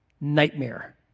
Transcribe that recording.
Nightmare